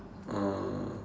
uh